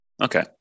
Okay